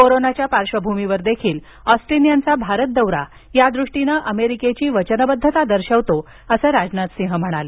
कोरोनाच्या पार्श्वभूमीवर देखील ऑस्टिन यांचा भारत दौरा यादृष्टिनं अमेरिकेची वचनबद्धता दर्शवतो असं ते म्हणाले